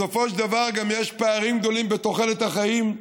בסופו של דבר גם יש פערים גדולים בתוחלת החיים,